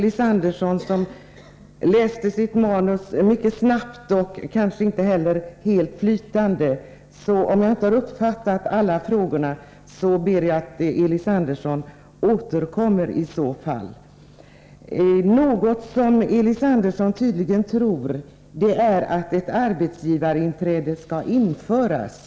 Elis Andersson läste sitt manus mycket snabbt och inte helt flytande, så om jag inte har uppfattat alla frågorna ber jag att Elis Andersson återkommer. Elis Andersson tror tydligen att ett arbetsgivarinträde skall införas.